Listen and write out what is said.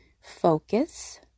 focus